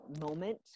moment